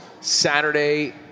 Saturday